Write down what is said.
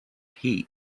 heat